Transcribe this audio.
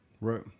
Right